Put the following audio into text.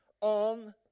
on